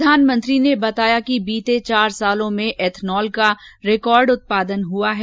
प्रधानमंत्री ने बताया कि बीते चार वर्षों में एथनॉल का रिकॉर्ड उत्पादन हुआ है